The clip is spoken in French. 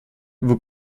vous